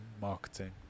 marketing